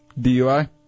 DUI